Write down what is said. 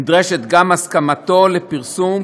נדרשת גם הסכמתו לפרסום,